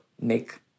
make